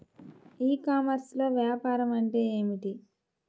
ఈ కామర్స్లో వ్యాపారం అంటే ఏమిటి?